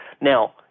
Now